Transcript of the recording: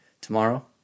tomorrow